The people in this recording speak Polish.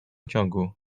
ciągu